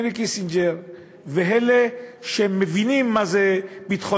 הנרי קיסינג'ר ואלה שמבינים מה זה ביטחון